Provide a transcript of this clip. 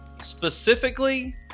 specifically